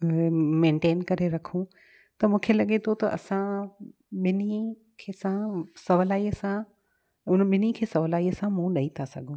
maintain करे रखूं त मूंखे लॻे थो त असां ॿिन्ही खे सां सहुलाईअ सां उन ॿिन्ही खे सहुलाईअ सां मुंहुं ॾेई था सघूं